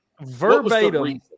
verbatim